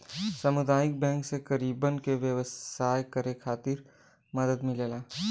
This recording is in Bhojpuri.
सामुदायिक बैंक से गरीबन के व्यवसाय करे खातिर मदद मिलेला